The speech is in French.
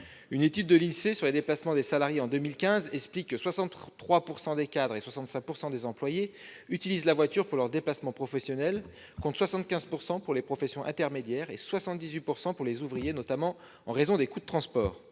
Une étude de l'Insee sur les déplacements des salariés en 2015 montre que 63 % des cadres et 65 % des employés utilisent la voiture pour leurs déplacements professionnels, contre 75 % pour les professions intermédiaires et 78 % pour les ouvriers, notamment en raison des coûts de transport.